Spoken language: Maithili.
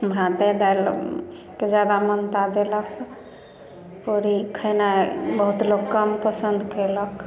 भाते दालिके जादा मान्यता देलक पूड़ी खेनाइ बहुत लोक कम पसन्द केलक